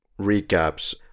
recaps